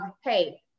hey